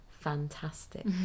Fantastic